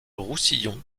roussillon